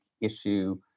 issue